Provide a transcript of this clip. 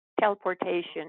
teleportation